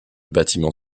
bâtiment